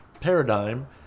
paradigm